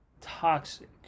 toxic